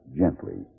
gently